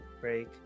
break